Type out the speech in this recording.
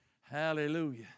Hallelujah